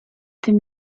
tym